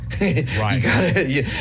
Right